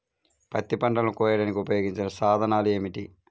పత్తి పంటలను కోయడానికి ఉపయోగించే సాధనాలు ఏమిటీ?